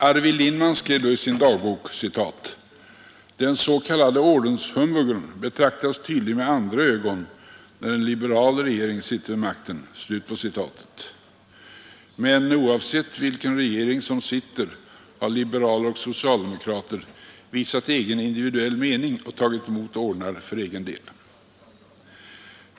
Arvid Lindman skrev då i sin dagbok: ”Den s.k. ordenshumbugen betraktas tydligen med andra ögon när en liberal regering sitter vid makten.” Men oavsett vilken regering som sitter har ibland liberaler och socialdemokrater visat egen individuell mening och tagit emot ordnar för egen del.